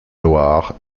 loire